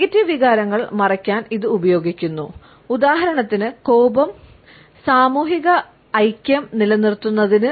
negative വികാരങ്ങൾ മറയ്ക്കാൻ ഇത് ഉപയോഗിക്കുന്നു ഉദാഹരണത്തിന് കോപം തുടങ്ങിയവ സാമൂഹിക ഐക്യം നിലനിർത്തുന്നതിന്